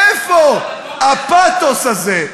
איפה הפתוס הזה?